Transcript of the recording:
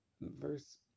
verse